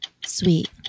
Sweet